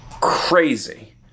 Crazy